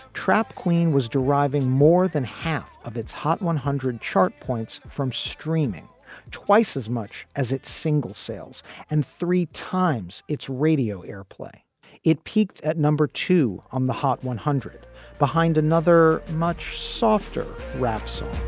trap queen was driving more than half of its hot one hundred chart points from streaming twice as much as its singles sales and three times its radio airplay it peaked at number two on the hot one hundred behind another much softer rap song